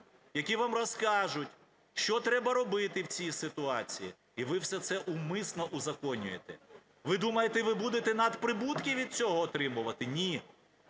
які вам розкажуть, що треба робити в цій ситуації. І ви все це умисно узаконюєте. Ви думаєте, ви будете надприбутки від цього отримувати? Ні.